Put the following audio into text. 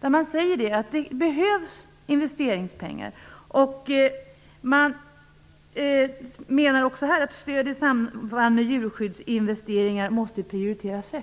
Där sägs att det behövs investeringspengar. Jordbruksverket menar också att stöd i samband med djurskyddsinvesteringar måste prioriteras.